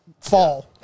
fall